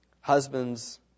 Husbands